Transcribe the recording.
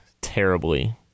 terribly